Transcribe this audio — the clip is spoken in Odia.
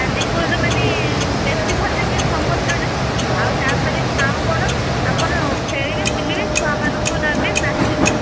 ଚାନ୍ଦିପୁର ମାନେ ବେଶୀ ଭଲ ଲାଗିବ ସମୁଦ୍ରଟା ଆଉ ତାପରେ ଝାଉଁବଣ ଆପଣ ଖେଳିବେ ବୁଲିବେ ଛୁଆମାନଙ୍କୁ ନେବେ ଆସିବେ